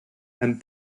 and